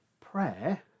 prayer